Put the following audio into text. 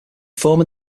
former